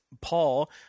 Paul